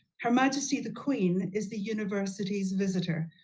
her majesty, the queen, is the university's visitor.